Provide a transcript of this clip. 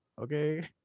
okay